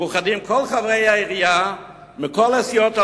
מאוחדים כל חברי העירייה מכל הסיעות הלא-חרדיות,